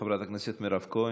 חברת הכנסת מירב כהן.